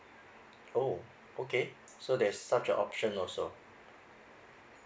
oh okay so there's such a option also